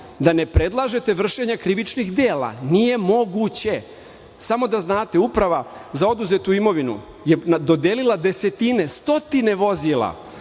da ne predlažete vršenje krivičnih dela, nije moguće. Samo da znate Uprava za oduzetu imovinu je dodelila desetine, stotine vozila